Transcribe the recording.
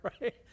right